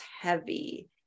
heavy